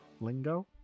Lingo